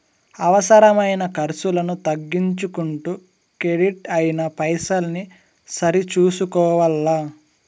అవసరమైన కర్సులను తగ్గించుకుంటూ కెడిట్ అయిన పైసల్ని సరి సూసుకోవల్ల